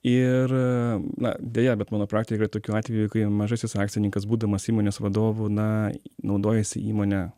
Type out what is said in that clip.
ir na deja bet mano praktikoj tokių atvejų kai mažasis akcininkas būdamas įmonės vadovu na naudojasi įmone